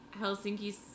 Helsinki